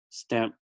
stamp